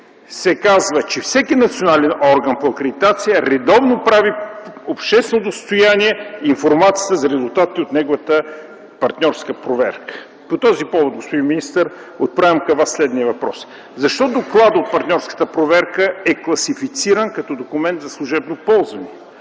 се казва, че всеки национален орган по акредитация редовно прави обществено достояние информацията за резултатите от неговата партньорска проверка. По този повод, господин министър, отправям към Вас следния въпрос – защо докладът от партньорската проверка е класифициран като документ за служебно ползване?